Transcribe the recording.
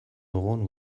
dugun